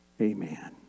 amen